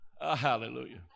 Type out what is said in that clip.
Hallelujah